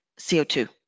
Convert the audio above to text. CO2